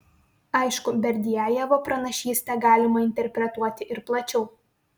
aišku berdiajevo pranašystę galima interpretuoti ir plačiau